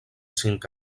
cinc